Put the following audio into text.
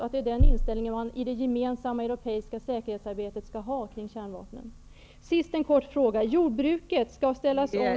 Är det den inställningen man skall ha i det gemensamma säkerhetsarbetet när det gäller kärnvapnen? Till sist en kort fråga: Jordbruket skall ställas om...